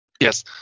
Yes